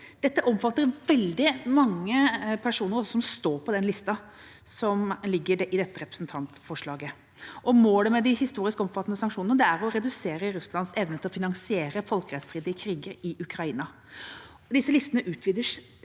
Dette omfatter veldig mange personer som står på lista som ligger i dette representantforslaget. Målet med de historisk omfattende sanksjonene er å redusere Russlands evne til å finansiere den folkerettsstridige krigen i Ukraina. Disse listene utvides